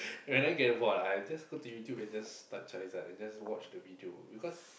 when I get bored ah I just go to YouTube and just type Charizard and just watch the video because